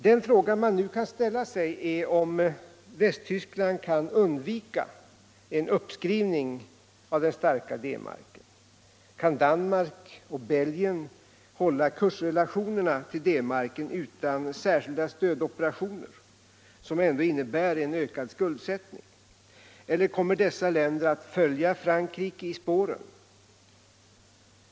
Den fråga man nu kan ställa sig är om Västtyskland kan undgå en uppskrivning av den starka D-marken. Kan Danmark och Belgien hålla kursrelationerna till D-marken utan särskilda stödoperationer, som ändå innebär en ökad skuldsättning? Eller kommer dessa länder att följa Frankrike i spåren?